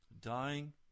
Dying